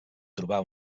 trobar